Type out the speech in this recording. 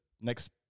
next